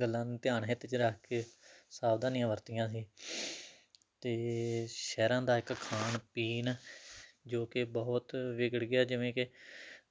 ਗੱਲਾਂ ਨੂੰ ਧਿਆਨ ਹਿੱਤ 'ਚ ਰੱਖ ਕੇ ਸਾਵਧਾਨੀਆਂ ਵਰਤੀਆਂ ਸੀ ਅਤੇ ਸ਼ਹਿਰਾਂ ਦਾ ਇੱਕ ਖਾਣ ਪੀਣ ਜੋ ਕਿ ਬਹੁਤ ਵਿਗੜ ਗਿਆ ਜਿਵੇਂ ਕਿ